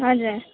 हजुर